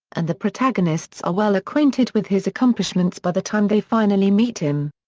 and the protagonists are well-acquainted with his accomplishments by the time they finally meet him.